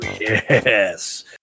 yes